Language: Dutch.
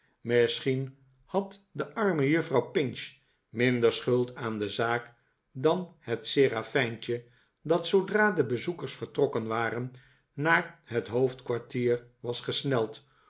misschien had de arme juffrouw pinch minder schuld aan de zaak dan het serafijntje dat zoodra de bezoekers vertrokken waren naar het hoofdkwartier was gesneld